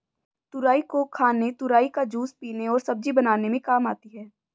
तुरई को खाने तुरई का जूस पीने और सब्जी बनाने में काम आती है